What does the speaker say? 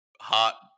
hot